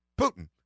Putin